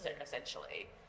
essentially